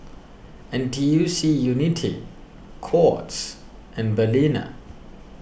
N T U C Unity Courts and Balina